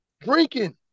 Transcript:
drinking